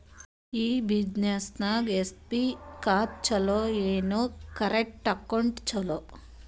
ಈ ಬ್ಯುಸಿನೆಸ್ಗೆ ಎಸ್.ಬಿ ಖಾತ ಚಲೋ ಏನು, ಕರೆಂಟ್ ಅಕೌಂಟ್ ಚಲೋ?